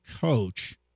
coach